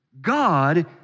God